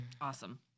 Awesome